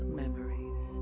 memories